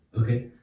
Okay